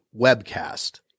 webcast